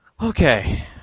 okay